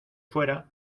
fuera